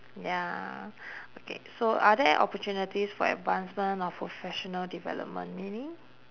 ya okay so are there opportunities for advancement of professional development meaning